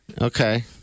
Okay